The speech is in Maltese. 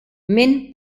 minn